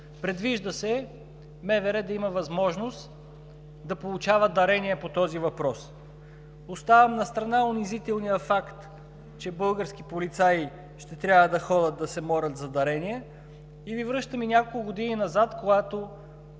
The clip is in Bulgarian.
Предвижда се МВР да има възможност да получава дарения по този въпрос. Оставям настрана унизителния факт, че български полицаи ще трябва да ходят и да се молят за дарение, и Ви връщам няколко години назад, когато